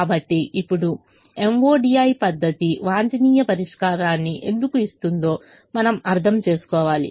కాబట్టి ఇప్పుడు MODI పద్ధతి వాంఛనీయ పరిష్కారాన్ని ఎందుకు ఇస్తుందో మనం అర్థం చేసుకోవాలి